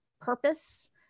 purpose